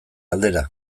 aldera